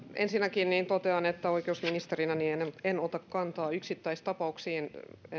ensinnäkin totean että oikeusministerinä en ota kantaa yksittäistapauksiin